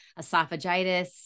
esophagitis